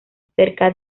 cerca